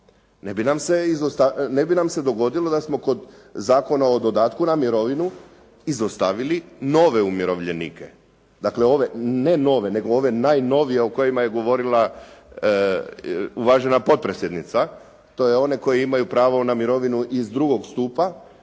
Ne bi nam se dogodilo da smo kod Zakona o dodatku na mirovinu izostavili nove umirovljenike, dakle ne nove nego ove najnovije o kojima je govorila uvažena potpredsjednica, to je one koji imaju pravo na mirovinu iz II. stupa